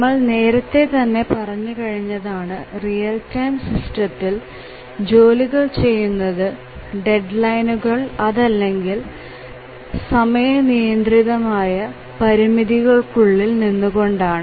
നമ്മൾ നേരത്തെ തന്നെ പറഞ്ഞു കഴിഞ്ഞതാണ് റിയൽ ടൈം സിസ്റ്റത്തിൽ ജോലികൾ ചെയ്യുന്നത് ഡെഡ്ലൈനുകൾ അതല്ലെങ്കിൽ നിയന്ത്രിതമായ സമയ പരിമിതികൾക്കുള്ളിൽ നിന്നു കൊണ്ടാണ്